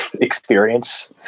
experience